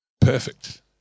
Perfect